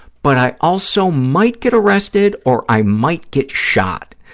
but i also might get arrested or i might get shot,